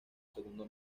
segundo